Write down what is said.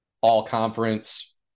all-conference